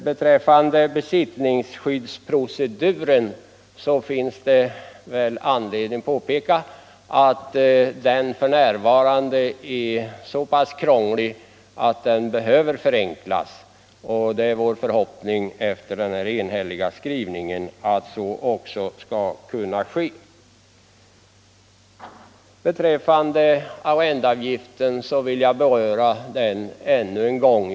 Beträffande punkt 3, besittningsskyddsproceduren, finns det väl anledning påpeka att denna är så pass krånglig att den behöver förenklas, och det är vår förhoppning — efter vår enhälliga skrivning — att så också skall kunna ske. Punkt 4, arrendeavgiften, vill jag beröra ännu en gång.